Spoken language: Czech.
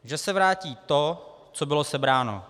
Že se vrátí to, co bylo sebráno.